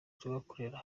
tugakorera